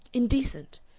indecent.